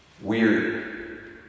weird